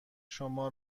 شما